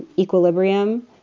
equilibrium,